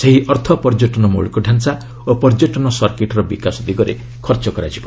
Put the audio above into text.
ସେହି ଅର୍ଥ ପର୍ଯ୍ୟଟନ ମୌଳିକ ଢ଼ାଞ୍ଚା ଓ ପର୍ଯ୍ୟଟନ ସର୍କିଟ୍ର ବିକାଶ ଦିଗରେ ଖର୍ଚ୍ଚ କରାଯିବ